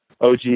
OG